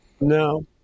No